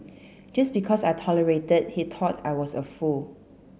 just because I tolerated he thought I was a fool